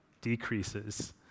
decreases